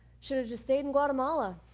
should've just stayed in guatemala.